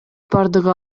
бардыгы